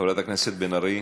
חברת הכנסת בן ארי,